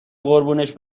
قربونش